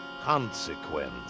Consequence